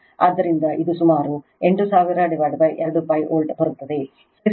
ಆದ್ದರಿಂದ ಇದು ಸುಮಾರು 8000 2π ವೋಲ್ಟ್ ಬರುತ್ತದೆ